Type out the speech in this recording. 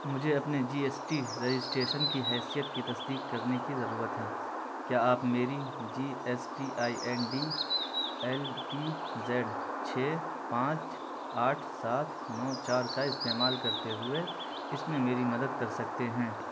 مجھے اپنے G S T registration کی حیثیت کی تصدیق کرنے کی ضرورت ہے کیا آپ میری G S T I N D L T Z چھ پانچ آٹھ سات نو چار کا استعمال کرتے ہوئے اس میں میری مدد کر سکتے ہیں